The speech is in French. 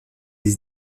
des